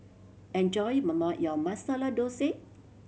enjoy your Masala Dosa